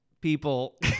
people